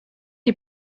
die